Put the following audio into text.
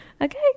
Okay